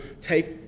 take